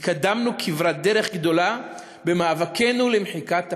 התקדמנו כברת דרך גדולה במאבקנו למחיקת הקיפוח.